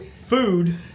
food